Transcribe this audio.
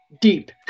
deep